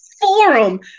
forum